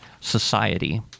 society